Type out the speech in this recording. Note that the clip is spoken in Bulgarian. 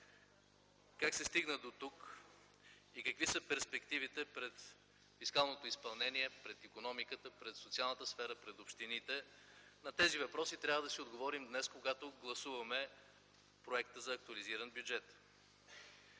Как се стигна дотук и какви са перспективите пред фискалното изпълнение, пред икономиката, пред социалната сфера, пред общините? На тези въпроси трябва да си отговорим днес, когато гласуваме проекта за актуализиран бюджет.